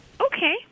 Okay